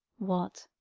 what,